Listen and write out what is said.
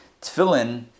Tefillin